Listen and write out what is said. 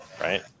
Right